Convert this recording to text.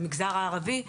למגזר הערבי,